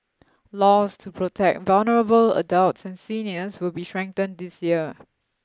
laws to protect vulnerable adults and seniors will be strengthened this year